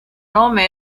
nome